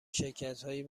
شرکتهایی